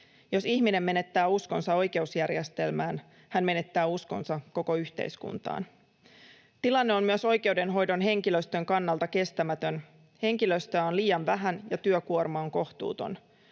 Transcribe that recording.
Jos ihminen menettää uskonsa oikeusjärjestelmään, hän menettää uskonsa koko yhteiskuntaan. Tilanne on myös oikeudenhoidon henkilöstön kannalta kestämätön: henkilöstöä on liian vähän, ja työkuorma on kohtuuton.